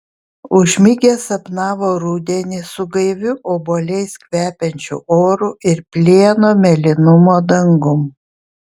užmigęs sapnavo rudenį su gaiviu obuoliais kvepiančiu oru ir plieno mėlynumo dangum